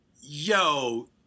yo